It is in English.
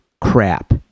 crap